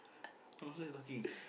what nonsense you talking